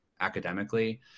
academically